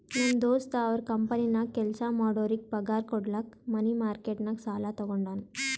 ನಮ್ ದೋಸ್ತ ಅವ್ರ ಕಂಪನಿನಾಗ್ ಕೆಲ್ಸಾ ಮಾಡೋರಿಗ್ ಪಗಾರ್ ಕುಡ್ಲಕ್ ಮನಿ ಮಾರ್ಕೆಟ್ ನಾಗ್ ಸಾಲಾ ತಗೊಂಡಾನ್